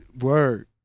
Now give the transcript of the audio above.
word